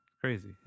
crazy